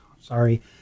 sorry